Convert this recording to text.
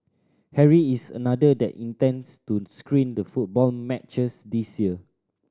Harry is another that intends to screen the football matches this year